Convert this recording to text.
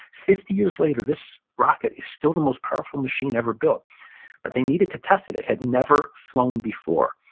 fifty years later, this rocket is still the most powerful machine ever built but they needed to test it. it had never flown before.